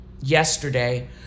yesterday